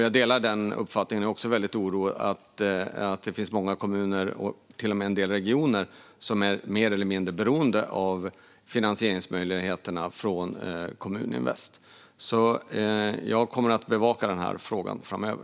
Jag delar den uppfattningen och är också orolig då det finns många kommuner - och till och med en del regioner - som är mer eller mindre beroende av finansieringsmöjligheterna från Kommuninvest. Jag kommer alltså att bevaka frågan framöver.